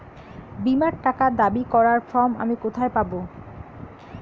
বীমার টাকা দাবি করার ফর্ম আমি কোথায় পাব?